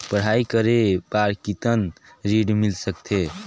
पढ़ाई करे बार कितन ऋण मिल सकथे?